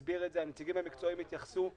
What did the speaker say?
הסביר את זה, הנציגים המקצועיים התייחסו.